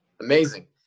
Amazing